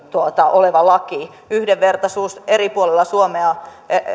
laki yhdenvertaisuus eri puolilla suomea